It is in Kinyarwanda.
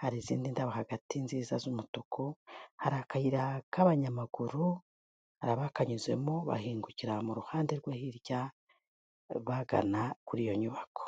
hari izindi ndabo hagati nziza z'umutuku hari akayira k'abanyamaguru hari abakanyuzemo bahingukira mu ruhande rwe hirya bagana kuri iyo nyubako.